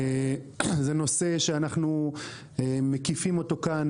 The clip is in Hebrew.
זה נושא שאנחנו מקיפים אותו כאן,